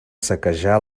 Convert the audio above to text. saquejar